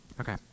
Okay